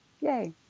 Yay